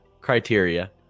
criteria